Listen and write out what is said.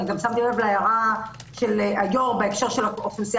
אני גם שמתי לב להערה של יושב-הראש בהקשר של האוכלוסייה